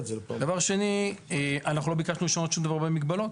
דבר שני, אנחנו לא ביקשנו לשנות שום דבר במגבלות.